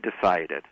decided